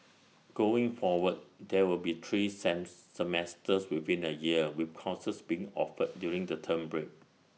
going forward there will be three Sam semesters within A year with courses being offered during the term break